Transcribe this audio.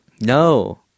no